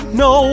no